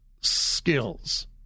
skills